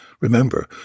Remember